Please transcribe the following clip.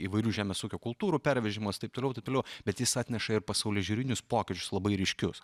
įvairių žemės ūkio kultūrų pervežimas taip toliau ir taip toliau bet jis atneša ir pasaulėžiūrinius pokyčius labai ryškius